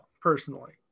personally